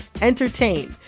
entertain